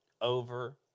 over